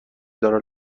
دارن